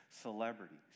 celebrities